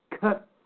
cut